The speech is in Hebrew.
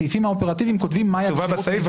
בסעיפים האופרטיביים כותבים מהי הכשירות,